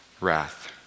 wrath